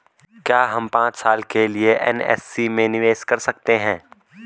क्या हम पांच साल के लिए एन.एस.सी में निवेश कर सकते हैं?